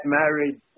married